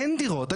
אין דירות,